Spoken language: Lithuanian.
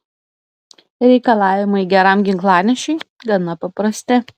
reikalavimai geram ginklanešiui gana paprasti